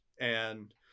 and-